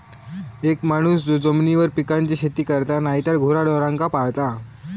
एक माणूस जो जमिनीवर पिकांची शेती करता नायतर गुराढोरांका पाळता